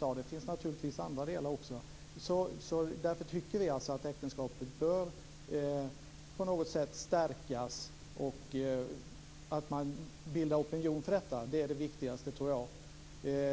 Det finns naturligtvis andra delar också. Därför tycker vi att äktenskapet på något sätt bör stärkas. Att man bildar opinion för detta tror jag är det viktigaste.